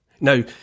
Now